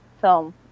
film